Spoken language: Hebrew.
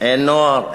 אין נוער,